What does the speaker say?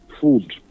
food